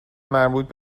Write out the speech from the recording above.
مربوط